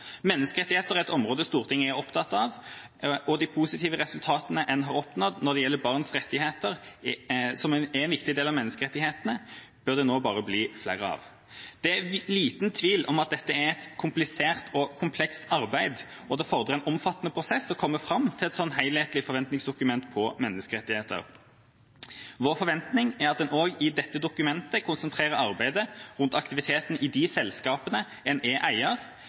Menneskerettigheter er et område Stortinget er opptatt av, og de positive resultatene en har oppnådd når det gjelder barns rettigheter, som er en viktig del av menneskerettighetene, bør det nå bare bli flere av. Det er liten tvil om at dette er et komplisert og komplekst arbeid, og det fordrer en omfattende prosess å komme fram til et helhetlig forventningsdokument om menneskerettigheter. Vår forventning er at en også i dette dokumentet konsentrerer arbeidet rundt aktiviteten i de selskapene en er eier